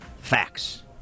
facts